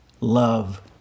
love